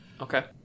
Okay